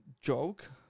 joke